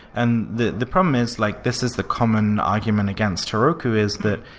and the the problem is like this is the common argument against heroku is that,